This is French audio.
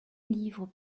livres